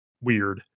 weird